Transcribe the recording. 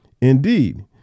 Indeed